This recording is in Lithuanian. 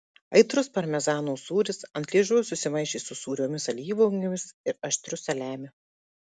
aitrus parmezano sūris ant liežuvio susimaišė su sūriomis alyvuogėmis ir aštriu saliamiu